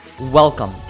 welcome